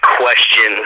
question